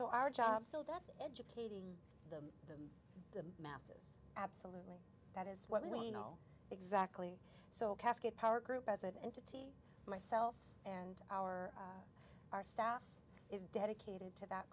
so our job so that's educating the masses absolutely that is what we know exactly so cascade power group as an entity myself and our our staff is dedicated to that